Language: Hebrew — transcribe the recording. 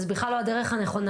וזו בכלל לא הדרך הנכונה,